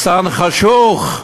מחסן חשוך?